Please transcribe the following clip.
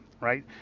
Right